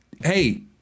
Hey